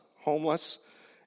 homeless